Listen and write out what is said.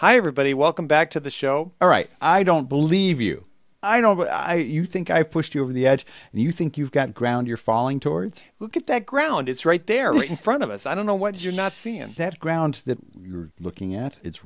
hi everybody welcome back to the show all right i don't believe you i know but i you think i've pushed you over the edge and you think you've got ground you're falling towards look at that ground it's right there in front of us i don't know what you're not seeing that ground that you're looking at i